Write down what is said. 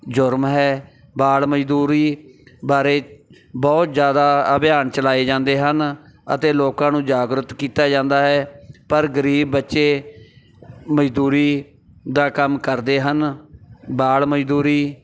ਜੁਰਮ ਹੈ ਬਾਲ ਮਜਦੂਰੀ ਬਾਰੇ ਬਹੁਤ ਜ਼ਿਆਦਾ ਅਭਿਆਨ ਚਲਾਏ ਜਾਂਦੇ ਹਨ ਅਤੇ ਲੋਕਾਂ ਨੂੰ ਜਾਗਰਿਤ ਕੀਤਾ ਜਾਂਦਾ ਹੈ ਪਰ ਗਰੀਬ ਬੱਚੇ ਮਜ਼ਦੂਰੀ ਦਾ ਕੰਮ ਕਰਦੇ ਹਨ ਬਾਲ ਮਜ਼ਦੂਰੀ